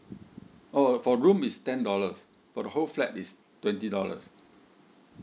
oh for room is ten dollars for the whole flat is twenty dollars